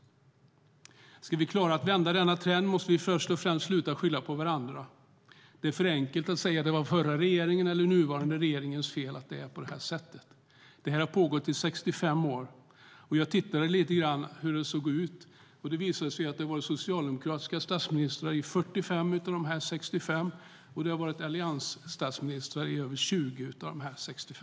Ska vi klara att vända denna trend måste vi först och främst sluta skylla på varandra. Det är för enkelt att säga att det var den förra regeringens eller är den nuvarande regeringens fel att det är på det här sättet. Detta har pågått i 65 år, och det har varit socialdemokratiska statsministrar i ca 45 av dessa 65 år och alliansstatsministrar i över 20.